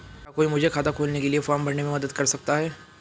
क्या कोई मुझे खाता खोलने के लिए फॉर्म भरने में मदद कर सकता है?